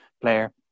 player